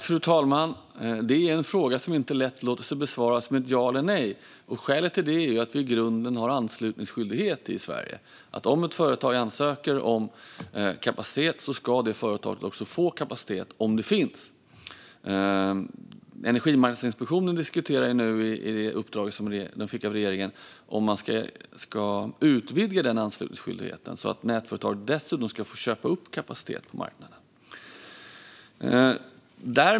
Fru talman! Det är en fråga som inte lätt låter sig besvaras med ett ja eller ett nej. Skälet till det är att vi i grunden har anslutningsskyldighet i Sverige. Om ett företag ansöker om kapacitet ska det företaget också få kapacitet om sådan finns. Energimarknadsinspektionen diskuterar nu i enlighet med det uppdrag den fick av regeringen huruvida man ska utvidga den anslutningsskyldigheten, så att nätföretag dessutom ska få köpa upp kapacitet på marknaden.